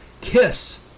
KISS